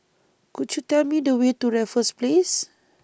Could YOU Tell Me The Way to Raffles Place